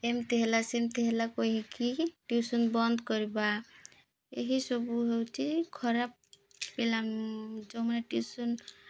ଏମିତି ହେଲା ସେମିତି ହେଲା କହିକି ଟିଉସନ୍ ବନ୍ଦ କରିବା ଏହିସବୁ ହେଉଛି ଖରାପ ପିଲା ଯେଉଁମାନେ ଟିଉସନ୍